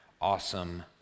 awesome